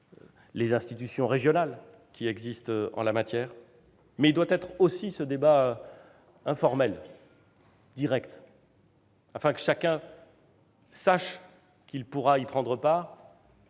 les institutions régionales qui existent en la matière. Ce débat, il doit être aussi informel, direct, afin que chacun sache qu'il pourra y prendre part